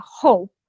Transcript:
hope